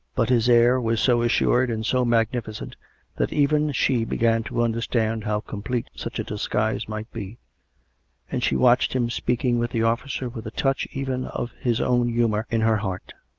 but his air was so assured and so magnificent that even she began to understand how complete such a disguise might be and she watched him speaking with the officer with a touch even of his own humour in her heart.